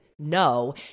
No